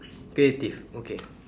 creative okay